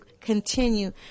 continue